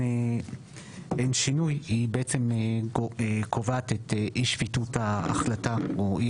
והיא בעצם קובעת את אי-שפיטות ההחלטה או את